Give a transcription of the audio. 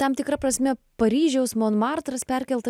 tam tikra prasme paryžiaus monmartras perkeltas